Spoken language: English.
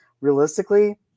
Realistically –